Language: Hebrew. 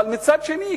אבל מצד שני,